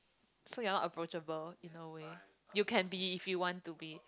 so you're not approachable in a way you can be if you want to be